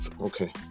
okay